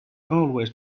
always